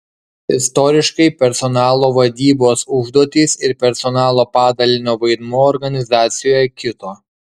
istoriškai personalo vadybos užduotys ir personalo padalinio vaidmuo organizacijoje kito